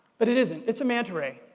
but it isn't. it's a manta ray.